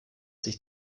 sich